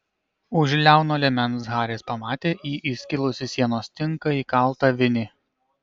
už liauno liemens haris pamatė į įskilusį sienos tinką įkaltą vinį